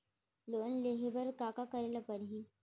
Loan लेहे बर का का का करे बर परहि?